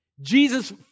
Jesus